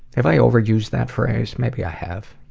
have i overused that phrase? maybe i have.